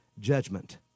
judgment